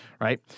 Right